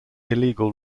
illegal